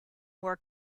more